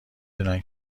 دونن